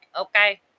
okay